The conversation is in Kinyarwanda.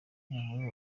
inkuru